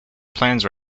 plans